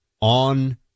on